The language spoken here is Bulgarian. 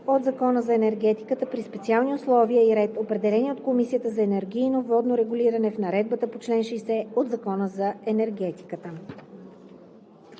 от Закона за енергетиката при специални условия и ред, определени от Комисията за енергийно и водно регулиране в наредбата по чл. 60 от Закона за енергетиката.“